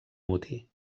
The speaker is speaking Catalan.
motí